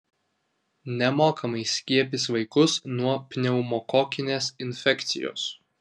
nemokamai skiepys vaikus nuo pneumokokinės infekcijos